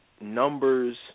Numbers